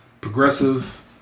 Progressive